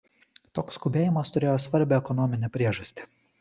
toks skubėjimas turėjo svarbią ekonominę priežastį